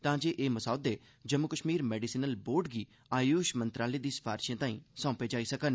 तां जे एह् मसौदे जम्मू कश्मीर मेडिसीनल बोर्ड गी आयूष मंत्रालय दी सिफारशें लेई सौंपे जाई सकन